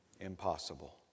impossible